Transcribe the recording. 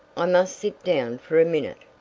i must sit down for a minute.